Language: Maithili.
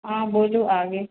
हँ बोलू आगे